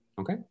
Okay